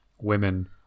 women